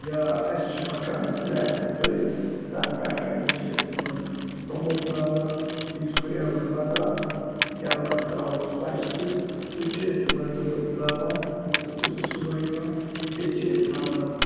یا اَسہِ چھِ مکانَس سٕلیب تہِ ترٛٲیِتھ تَتھ پٮ۪ٹھٕ کَنۍ تہِ چھِ أسۍ تِمَن توٚمُل ترٛاوان بیٚیہِ یُس ہُریومُت بَتہٕ آسان یا مَژٕ ترٛاووس ژۄچہِ تہِ سُہ تہِ چھِ أسۍ تِمَن تہِ ترٛاوان تہٕ تِم چھِ صُبحٲے یِوان بیٚیہِ چھِ أسۍ تھاوان